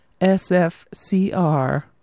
SFCR